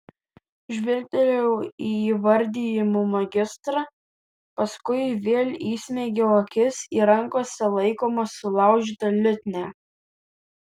žvilgtelėjau į įvardijimo magistrą paskui vėl įsmeigiau akis į rankose laikomą sulaužytą liutnią